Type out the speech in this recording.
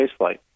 spaceflight